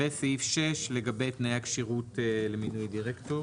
סעיף 6 לגבי תנאי הכשירות למינוי דירקטור.